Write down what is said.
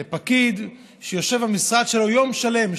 לפקיד שיושב במשרד שלו יום שלם,